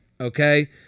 Okay